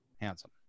Handsome